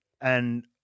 and-